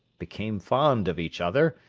became fond of each other,